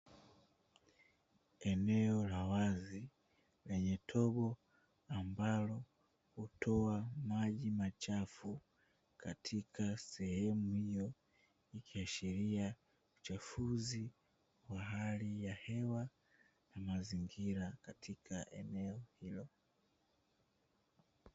Eneo la wazi ambalo kuna vitu vichaafu ambapo mazingira tulivu